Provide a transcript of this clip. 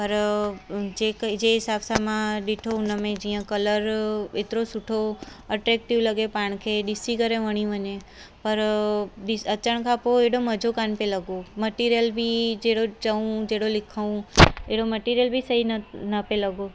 पर जे क जंहिं हिसाब सां मां ॾिठो हुनमें जीअं कलर एतिरो सुठो अट्रेक्टिव लॻे पाण खे ॾिसी करे वणी वञे पर पीस अचण खां पोइ एॾो मज़ो कोन्ह पियो लॻो मटिरियल बि जहिड़ो चउं जहिड़ो लिखउं अहिड़ो मटिरियल बि सही न न पियो लॻो